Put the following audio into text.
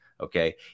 okay